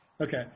Okay